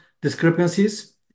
discrepancies